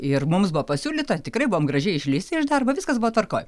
ir mums buvo pasiūlyta tikrai buvom gražiai išleisti iš darbo viskas buvo tvarkoj